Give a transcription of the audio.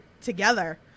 together